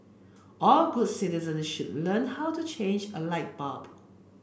all good citizen should learn how to change a light bulb